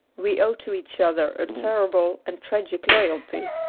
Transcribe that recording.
we owe to each other a terrible and tragic loj'alty.